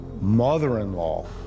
mother-in-law